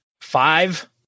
Five